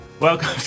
Welcome